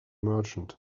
merchant